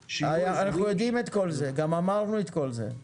אנחנו יודעים את כל זה, וגם אמרנו את כל זה.